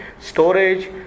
storage